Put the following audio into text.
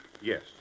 Yes